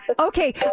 Okay